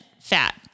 fat